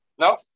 No